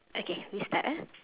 okay we start ah